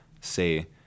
say